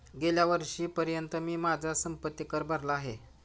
गेल्या वर्षीपर्यंत मी माझा संपत्ति कर भरला आहे